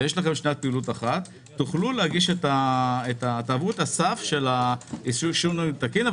ויש לכם שנת פעילות אחת תעברו את הסף של אישור ניהול תקין,